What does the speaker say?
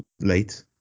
late